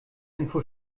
info